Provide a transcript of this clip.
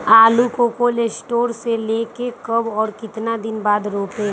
आलु को cold store से ले के कब और कितना दिन बाद रोपे?